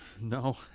no